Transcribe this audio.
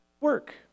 work